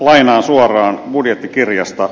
lainaan suoraan budjettikirjasta